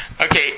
Okay